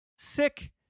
Sick